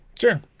sure